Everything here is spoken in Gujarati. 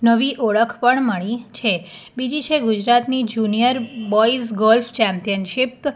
નવી ઓળખ પણ મળી છે બીજી છે ગુજરાતની જુનિયર બોયઝ ગર્લ્સ ચેમ્પિયનશિપ